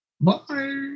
Bye